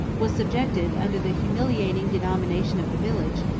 was subjected, under the humiliating denomination of a village,